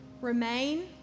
remain